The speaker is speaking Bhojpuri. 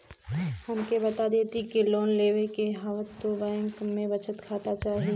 हमके बता देती की लोन लेवे के हव त बैंक में बचत खाता चाही?